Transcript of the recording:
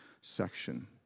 section